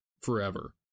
forever